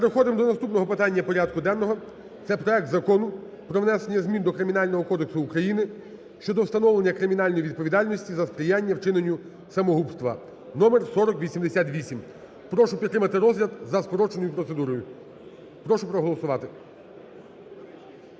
Переходимо до наступного питання порядку денного. Це проект Закону про внесення змін до Кримінального кодексу України (щодо встановлення кримінальної відповідальності за сприяння вчиненню самогубства) (номер 4088). Прошу підтримати розгляд за скороченою процедурою. Прошу проголосувати.